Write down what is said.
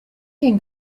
can